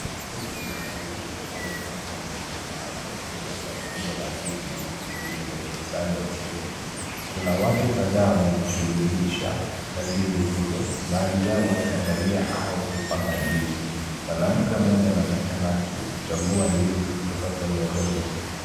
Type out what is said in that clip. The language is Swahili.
Soko la wazi au eneo la biashara ama rundo kubwa la ndizi mbichi zimekusanywa chini. Kuna watu kadhaa wamejishughulisha na ndizi hizo baadhi yao wakiangalia au kupanga ndizi. Mwanamke mmoja anaonekana kuchagua ndizi kutoka kwenye rundo.